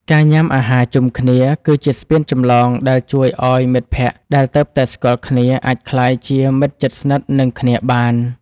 ការញ៉ាំអាហារជុំគ្នាគឺជាស្ពានចម្លងដែលជួយឱ្យមិត្តភក្តិដែលទើបតែស្គាល់គ្នាអាចក្លាយជាមិត្តជិតស្និទ្ធនឹងគ្នាបាន។